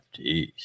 Jeez